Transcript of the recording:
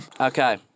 Okay